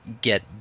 get